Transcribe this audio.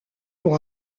pour